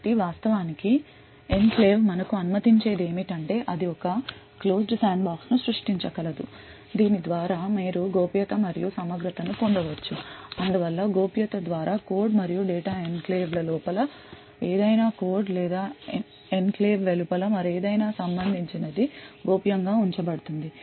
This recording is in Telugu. కాబట్టి వాస్తవానికి ఎన్క్లేవ్ మనకు అనుమతించేది ఏమిటంటే అది ఒక క్లోజ్డ్ శాండ్బాక్స్ను సృష్టించగలదు దీని ద్వారా మీరు గోప్యత మరియు సమగ్రతను పొందవచ్చు అందువల్ల గోప్యత ద్వారా కోడ్ మరియు డేటా ఎన్క్లేవ్ లోపల ఏదైనా కోడ్ లేదా ఎన్క్లేవ్ వెలుపల మరేదైనా సంబంధించినది గోప్యం గా ఉంచబడుతుంది